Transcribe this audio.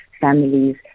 families